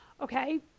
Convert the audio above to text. okay